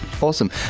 awesome